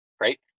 right